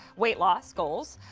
weight loss goals,